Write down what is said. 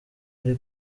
ari